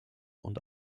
und